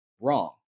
Wrong